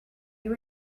you